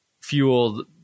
fueled